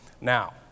Now